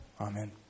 Amen